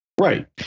Right